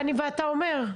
ואתה אומר.